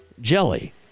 jelly